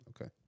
Okay